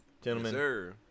Gentlemen